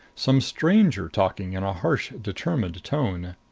some stranger talking in a harsh determined tone.